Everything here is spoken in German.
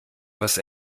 was